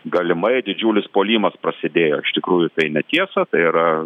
galimai didžiulis puolimas prasidėjo iš tikrųjų tai netiesa tai yra